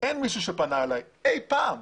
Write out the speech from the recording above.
אין מישהו שפנה אלי אי פעם.